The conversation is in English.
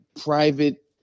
private